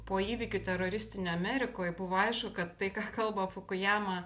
po įvykių teroristinių amerikoj buvo aišku kad tai ką kalba fukujama